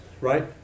right